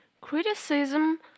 criticism